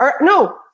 No